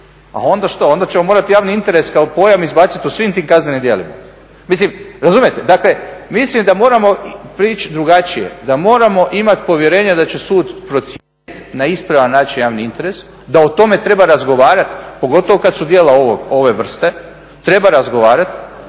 a onda što, onda ćemo morati javni interes kao pojam izbaciti u svim tim kaznenim djelima. Mislim, razumijete? Dakle, mislim da moramo prići drugačije, da moramo imati povjerenja da će sud procijeniti na ispravan način javni interes, da o tome treba razgovarati pogotovo kad su djela ove vrste, treba razgovarati.